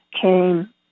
came